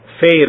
fail